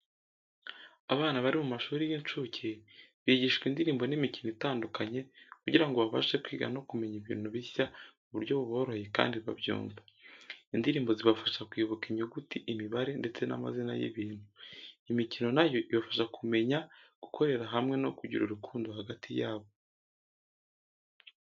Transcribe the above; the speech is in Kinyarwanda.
Abana bari mu mashuri y'incuke bigishwa indirimbo n'imikino itandukanye kugira ngo babashe kwiga no kumenya ibintu bishya mu buryo buboroheye kandi babyumva. Indirimbo zibafasha kwibuka inyuguti, imibare ndetse n'amazina y'ibintu. Imikino na yo ibafasha kumenyi gukorera hamwe no kugira urukundo hagati yabo.